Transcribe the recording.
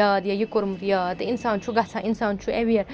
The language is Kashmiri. یاد یا یہِ کوٚرمُت یاد تہٕ اِنسان چھُ گژھان اِنسان چھُ اٮ۪وِیَر